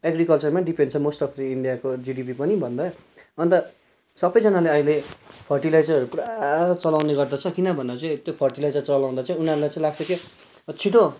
एग्रिकल्चरमै depend छ most of the इन्डियाको GDP पनि भन्दा अन्त सबैजनाले अहिले फर्टिलाइजरहरू पुरा चलाउने गर्दछ किनभने चाहिँ त्यो फर्टिलाइजर चलाउँदा चाहिँ उनीहरूलाई चाहिँ लाग्छ कि छिटो